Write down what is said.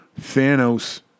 Thanos